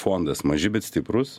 fondas maži bet stiprūs